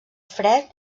fred